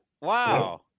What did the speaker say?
Wow